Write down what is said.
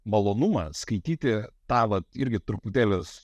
malonumą skaityti tą vat irgi truputėlis